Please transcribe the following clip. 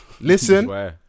listen